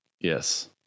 Yes